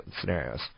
scenarios